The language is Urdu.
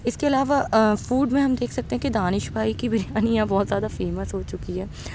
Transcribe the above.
اس کے علاوہ فوڈ میں ہم دیکھ سکتے ہیں کہ دانش بھائی کی بریانی یہاں بہت زیادہ فیمس ہو چکی ہے